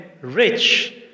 rich